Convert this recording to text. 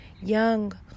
young